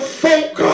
folk